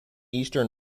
eastern